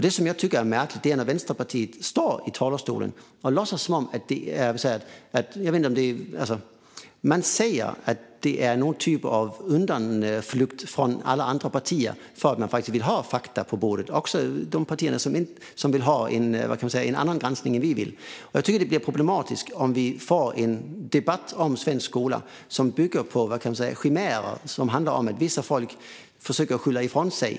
Det jag tycker är märkligt är när man från Vänsterpartiet står här i talarstolen och säger att det är någon typ av undanflykt från alla andra partier, också de partier som vill ha en annan granskning än vad vi vill, att man faktiskt vill ha fakta på bordet. Det är problematiskt om vi får en debatt om svensk skola som bygger på chimärer som handlar om att vissa försöker skylla ifrån sig.